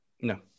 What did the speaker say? no